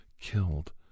killed